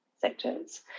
sectors